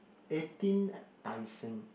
eighteen at Tai-Seng